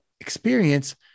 experience